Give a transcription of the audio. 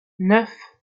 neuf